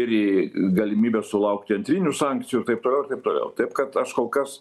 ir į galimybę sulaukti antrinių sankcijų taip toliau ir taip toliau taip kad aš kol kas